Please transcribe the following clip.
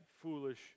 foolish